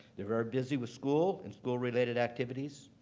they're very busy with school and school-related activities,